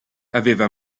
aveva